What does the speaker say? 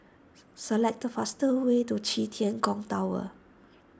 select the fastest way to Qi Tian Gong Temple